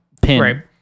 pin